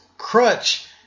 crutch